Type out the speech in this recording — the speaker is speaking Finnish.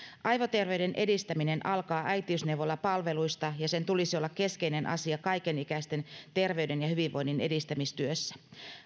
aivoterveyden edistäminen alkaa äitiysneuvolapalveluista ja sen tulisi olla keskeinen asia kaikenikäisten terveyden ja hyvinvoinnin edistämistyössä